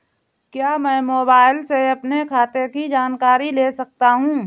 क्या मैं मोबाइल से अपने खाते की जानकारी ले सकता हूँ?